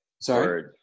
sorry